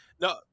no